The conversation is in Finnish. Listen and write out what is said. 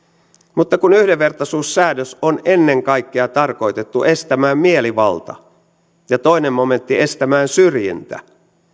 mutta yhdenvertaisuussäädös on ennen kaikkea tarkoitettu estämään mielivalta ja toinen momentti estämään syrjintä